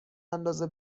اندازه